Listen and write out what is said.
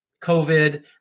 COVID